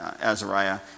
Azariah